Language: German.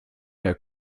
der